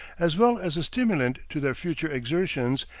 as well as a stimulant to their future exertions,